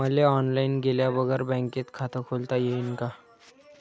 मले ऑनलाईन गेल्या बगर बँकेत खात खोलता येईन का?